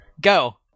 go